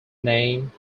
name